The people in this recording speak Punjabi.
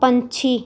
ਪੰਛੀ